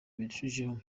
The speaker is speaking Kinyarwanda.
birushijeho